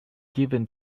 given